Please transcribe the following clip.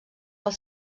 del